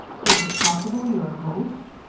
is it possible you're a ghost?